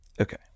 Okay